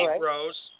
Rose